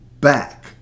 back